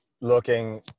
looking